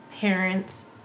parents